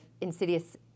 insidious